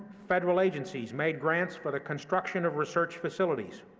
federal agencies made grants for the construction of research facilities,